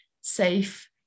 safe